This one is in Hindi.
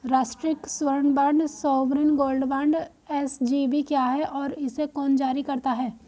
राष्ट्रिक स्वर्ण bond sovereign gold bond SGB क्या है और इसे कौन जारी करता है?